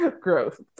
growth